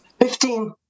Fifteen